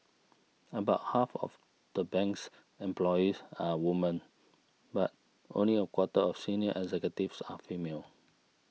about half of the bank's employees are women but only a quarter of senior executives are female